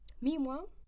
Meanwhile